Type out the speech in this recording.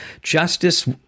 Justice